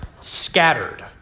scattered